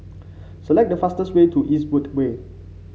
select the fastest way to Eastwood Way